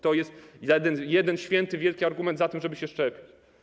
To jest jeden, święty, wielki argument za tym, żeby się szczepić.